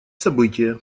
событие